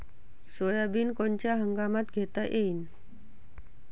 Soybean कोनच्या हंगामात घेता येईन?